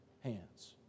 hands